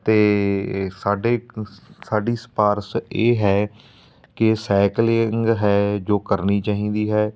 ਅਤੇ ਸਾਡੇ ਸਾਡੀ ਸਿਫਾਰਿਸ਼ ਇਹ ਹੈ ਕਿ ਸਾਈਕਲਿੰਗ ਹੈ ਜੋ ਕਰਨੀ ਚਾਹੀਦੀ ਹੈ